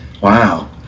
Wow